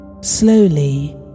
slowly